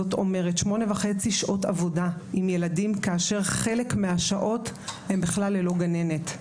זאת אומרת 8.5 שעות עבודה עם ילדים כאשר חלק מהשעות הן בכלל ללא גננת.